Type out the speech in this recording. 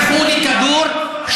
זכו לכדור,